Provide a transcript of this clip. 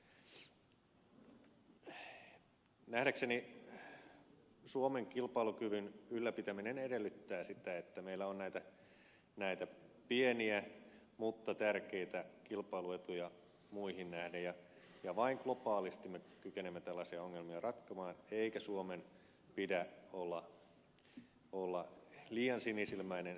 nähdäkseni suomen kilpailukyvyn ylläpitäminen edellyttää sitä että meillä on näitä pieniä mutta tärkeitä kilpailuetuja muihin nähden ja vain globaalisti me kykenemme tällaisia ongelmia ratkomaan eikä suomen pidä olla liian sinisilmäinen siinä miten asioita hoidetaan